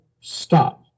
stop